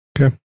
Okay